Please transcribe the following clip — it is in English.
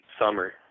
summer